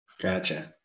Gotcha